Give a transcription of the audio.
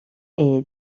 est